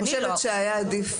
אני חושבת שהיה עדיף,